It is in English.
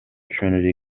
trinity